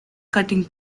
cutting